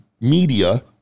media